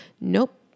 Nope